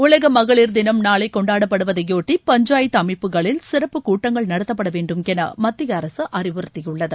உலக மகளிர் தினம் நாளை கொண்டாடப்படுவதையொட்டி பஞ்சாயத்து அமைப்புகளில் சிறப்பு கூட்டங்கள் நடத்தப்பட வேண்டும் என மத்திய அரசு அறிவுறுத்தியுள்ளது